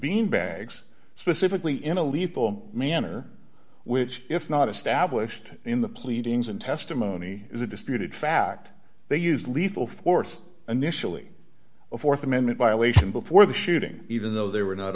beanbags specifically in a lethal manner which if not established in the pleadings and testimony is a disputed fact they use lethal force initially a th amendment violation before the shooting even though they were not